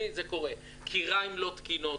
כיריים לא תקינות.